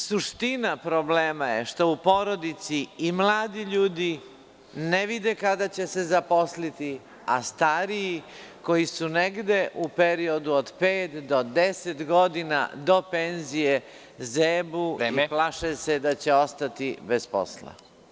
Suština problema je što u porodici mladi ljudi ne vide kada će se zaposliti, a stariji koji su negde u periodu od pet do 10 godina do penzije zebu i plaše se da će ostati bez posla.